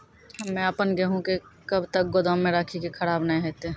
हम्मे आपन गेहूँ के कब तक गोदाम मे राखी कि खराब न हते?